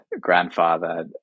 grandfather